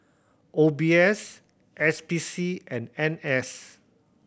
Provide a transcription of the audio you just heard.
O B S S P C and N S